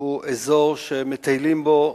היא אזור שמטיילים בו,